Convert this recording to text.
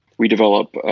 we develop, ah,